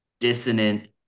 dissonant